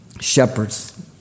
Shepherds